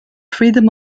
freedom